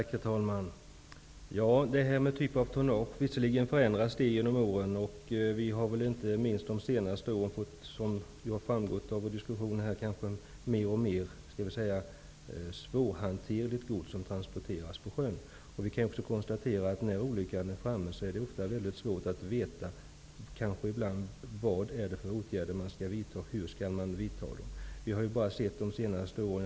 Herr talman! Typen av tonnage förändras ju genom åren. Som framgått av diskussionen här har det inte minst under de senaste åren blivit mer och mer svårhanterligt gods som transporteras på sjön. När olyckan är framme, är det ofta väldigt svårt att veta vilka åtgärder man skall vidta och hur man skall vidta dem.